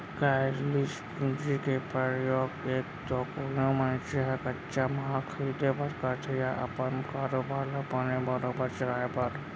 कारयसील पूंजी के परयोग एक तो कोनो मनसे ह कच्चा माल खरीदें बर करथे या अपन कारोबार ल बने बरोबर चलाय बर